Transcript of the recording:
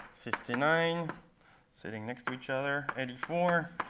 fifty nine sitting next to each other eighty four,